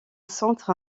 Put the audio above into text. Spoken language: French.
centre